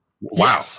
Wow